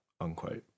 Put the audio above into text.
Unquote